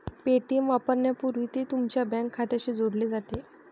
Paytm वापरण्यापूर्वी ते तुमच्या बँक खात्याशी जोडले जाते